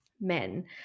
men